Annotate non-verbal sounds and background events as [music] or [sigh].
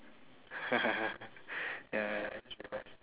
[laughs] yeah yeah yeah